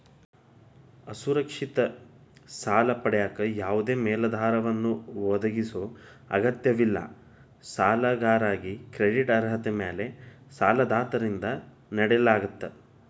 ಅಸುರಕ್ಷಿತ ಸಾಲ ಪಡೆಯಕ ಯಾವದೇ ಮೇಲಾಧಾರವನ್ನ ಒದಗಿಸೊ ಅಗತ್ಯವಿಲ್ಲ ಸಾಲಗಾರಾಗಿ ಕ್ರೆಡಿಟ್ ಅರ್ಹತೆ ಮ್ಯಾಲೆ ಸಾಲದಾತರಿಂದ ನೇಡಲಾಗ್ತ